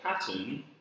pattern